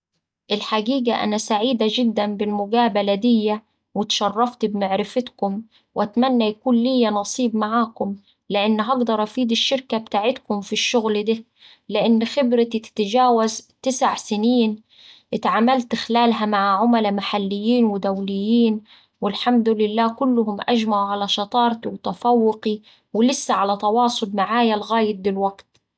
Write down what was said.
الحقيقة أنا سعيدة جدا بالمقابلة دية واتشرفت بمعرفكتم وأتمنى يعني يكون ليا نصيب معاكم لأني هقدر أفيد الشركة بتاعتكم في الشغل ده لإن خبرتي تتجاوز تسع سنين اتعاملت خلالها مع عملاء محليين ودوليين، والحمد لله كلهم أجمعو على شطارتي وتفوقي ولسا على تواصل معاي لغاية دلوقت.